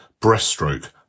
breaststroke